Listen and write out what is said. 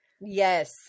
Yes